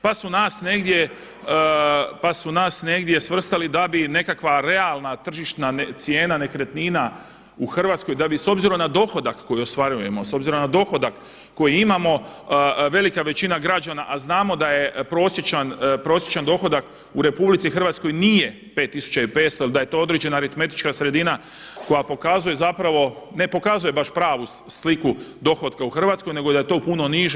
Pa su nas negdje svrstali da bi nekakva realna tržišna cijena nekretnina u Hrvatskoj, da bi s obzirom na dohodak koji ostvarujemo, s obzirom na dohodak koji imamo velika većina građana, a znamo da je prosječan dohodak u Republici Hrvatskoj nije 5500 ili da je to određena aritmetička sredina koja pokazuje zapravo, ne pokazuje baš pravu sliku dohotka u Hrvatskoj, nego da je to puno niže.